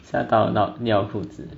吓到到尿裤子